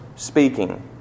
Speaking